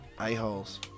a-holes